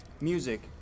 music